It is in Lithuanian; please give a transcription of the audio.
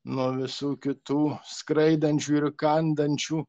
nuo visų kitų skraidančių ir kandančių